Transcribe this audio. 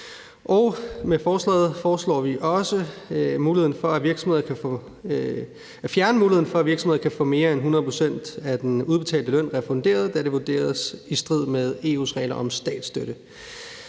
Med forslaget foreslår vi også at fjerne muligheden for, at virksomheder kan få mere end 100 pct. af den udbetalte løn refunderet, da det vurderes i strid med EU's regler om statsstøtte.